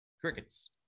Crickets